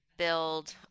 build